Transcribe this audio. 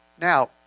Now